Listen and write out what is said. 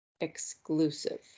exclusive